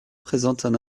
présentent